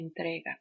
entrega